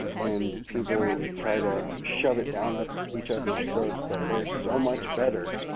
and people try to shove it down ah each other's throats that they're so much better.